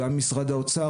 גם במשרד האוצר,